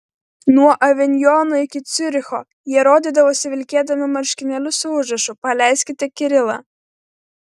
nuo avinjono iki ciuricho jie rodydavosi vilkėdami marškinėlius su užrašu paleiskite kirilą